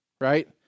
right